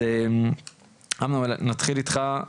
אז, אמנון, אנחנו נתחיל איתך.